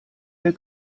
der